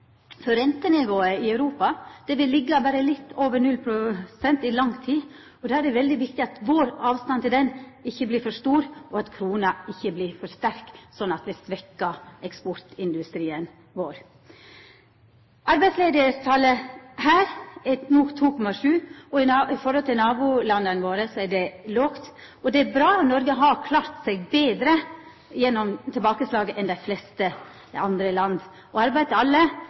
lang tid. Da er det veldig viktig at vår avstand til det nivået ikkje vert for stor, og at krona ikkje vert for sterk, slik at me svekkjer eksportindustrien vår. Arbeidsløysetalet her er no 2,7 pst. I forhold til nabolanda våre er det lågt. Det er bra. Noreg har klart seg betre gjennom tilbakeslaget enn dei fleste andre land. Arbeid til alle